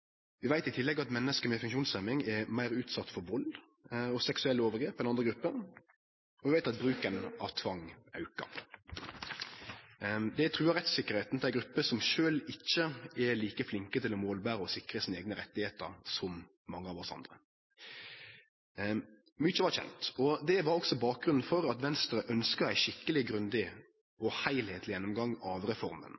Vi veit i tillegg at menneske med funksjonshemming er meir utsette for vald og seksuelle overgrep enn andre grupper, og vi veit at bruken av tvang aukar. Det truar rettstryggleiken til ei gruppe som sjølv ikkje er like flink til å målbere og sikre sine eigne rettar som mange av oss andre. Mykje var kjent. Det var også bakgrunnen for at Venstre ønskte ein skikkeleg, grundig